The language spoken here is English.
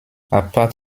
apart